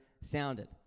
sounded